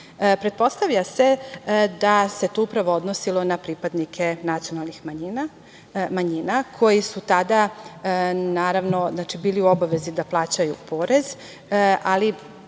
drugi. Pretpostavlja se da se tu upravo odnosilo na pripadnike nacionalnih manjina koji su tada, naravno, bili u obavezi da plaćaju porez, ali